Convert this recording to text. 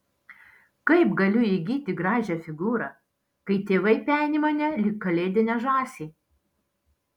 kaip galiu įgyti gražią figūrą kai tėvai peni mane lyg kalėdinę žąsį